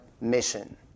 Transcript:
mission